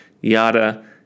yada